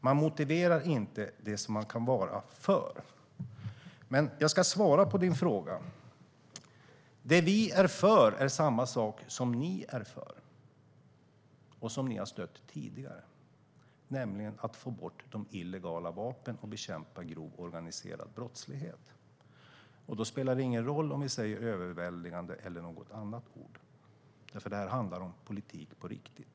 Man motiverar inte det som man är för. Jag ska svara på din fråga. Det vi är för är samma sak som ni är för och som ni tidigare har stött, nämligen att få bort illegala vapen och bekämpa grov organiserad brottslighet. Då spelar det ingen roll om vi säger övervägande eller något annat. Det här handlar om politik på riktigt.